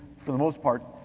for the most part,